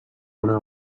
una